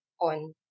on